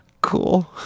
Cool